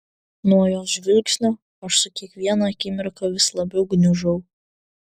nuo jos žvilgsnio aš su kiekviena akimirka vis labiau gniužau